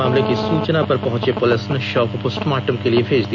मामले की सूचना पर पहंची पुलिस ने शव को पोस्टमार्टम के लिए भेज दिया